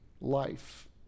life